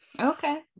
Okay